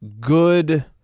good